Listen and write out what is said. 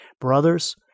Brothers